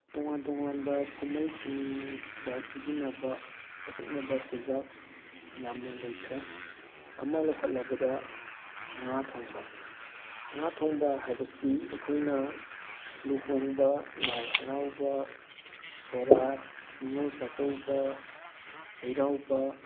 ꯇꯣꯉꯥꯟ ꯇꯣꯉꯥꯟꯕ ꯀꯨꯝꯍꯩꯁꯤꯡꯗ ꯁꯤꯖꯤꯟꯅꯕ ꯑꯀꯛꯅꯕ ꯆꯤꯟꯖꯥꯛ ꯌꯥꯝꯅ ꯂꯩꯈ꯭ꯔꯦ ꯑꯃ ꯂꯧꯈꯠꯂꯕꯗ ꯉꯥ ꯊꯣꯡꯕ ꯉꯥ ꯊꯣꯡꯕ ꯍꯥꯏꯕꯁꯤ ꯑꯩꯈꯣꯏꯅ ꯂꯨꯍꯣꯡꯕ ꯂꯥꯏ ꯍꯔꯥꯎꯕ ꯁꯣꯔꯥꯠ ꯅꯤꯡꯉꯣꯜ ꯆꯥꯛꯀꯧꯕ ꯆꯩꯔꯥꯎꯕ